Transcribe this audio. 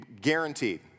Guaranteed